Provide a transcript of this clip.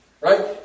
Right